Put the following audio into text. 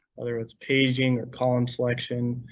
whether it's paging or column selection,